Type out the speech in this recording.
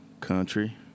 Country